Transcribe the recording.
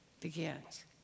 begins